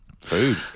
Food